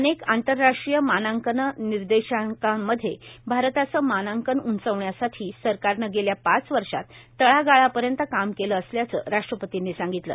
अनेक आंतरराष्ट्रीय मानांकन निर्देशांकांमध्ये भारताचं मानांकन उंचावण्यासाठी सरकारनं गेल्या पाच वर्षात तळागाळापर्यंत काम केलं असल्याचं राष्ट्रपतींनी सांगितलं